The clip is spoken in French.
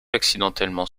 accidentellement